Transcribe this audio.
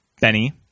Benny